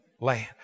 land